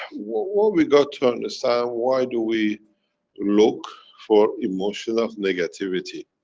what what we got to understand, why do we look for emotion of negativity,